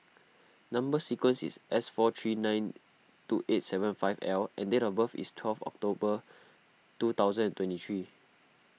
Number Sequence is S four three nine two eight seven five L and date of birth is twelve October two thousand and twenty three